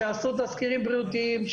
שיעשו תסקירים בריאותיים,